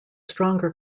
stronger